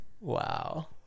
Wow